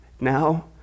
now